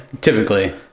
Typically